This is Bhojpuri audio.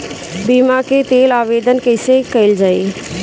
बीमा के लेल आवेदन कैसे कयील जाइ?